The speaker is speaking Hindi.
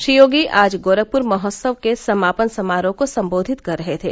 श्री योगी आज गोरखपुर महोत्सव के समापन समारोह को संबोधित कर रहे थे